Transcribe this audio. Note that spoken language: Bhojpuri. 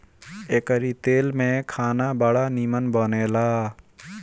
एकरी तेल में खाना बड़ा निमन बनेला